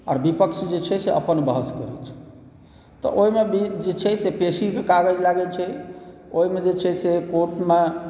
आर विपक्ष जे छै से अपन बहस करै छथिन तऽ ओहिमे भी जे छै से पेशीके कागज लागै छै ओहिमे जे छै से कोर्टमे